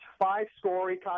five-story